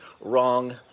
wrong